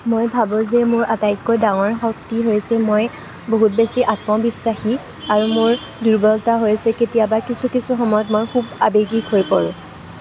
মই ভাবোঁ যে মোৰ আটাইতকৈ ডাঙৰ শক্তি হৈছে মই বহুত বেছি আত্মবিশ্ৱাসী আৰু মোৰ দুৰ্বলতা হৈছে কেতিয়াবা কিছু কিছু সময়ত মই খুব আৱেগিক হৈ পৰোঁ